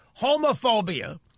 homophobia